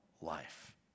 life